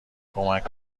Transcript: کمک